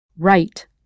Right